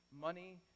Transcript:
money